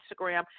Instagram